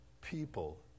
people